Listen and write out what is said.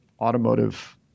automotive